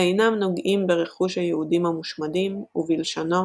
ואינם נוגעים ברכוש היהודים המושמדים, ובלשונו